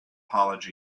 public